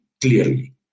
clearly